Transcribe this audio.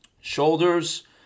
Shoulders